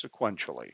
sequentially